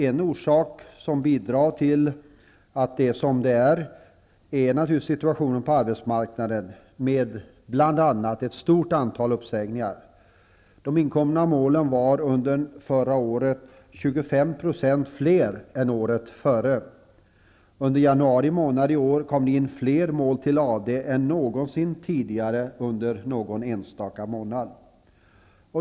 En orsak till detta är naturligtvis situationen på arbetsmarknaden, med bl.a. ett stort antal uppsägningar. De inkomna målen var under förra året 25 % fler än året före. Under januari månad i år kom det in fler mål till AD än någonsin tidigare under en enstaka månad.